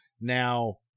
Now